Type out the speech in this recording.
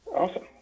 Awesome